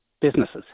businesses